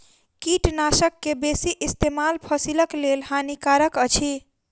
कीटनाशक के बेसी इस्तेमाल फसिलक लेल हानिकारक अछि